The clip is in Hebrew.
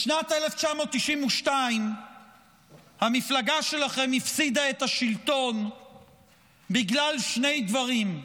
בשנת 1992 המפלגה שלכם הפסידה את השלטון בגלל שני דברים,